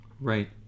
Right